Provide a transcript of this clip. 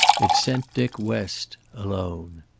it sent dick west alone.